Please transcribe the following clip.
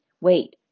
wait